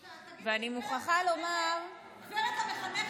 תגידי, גברת המחנכת,